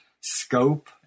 scope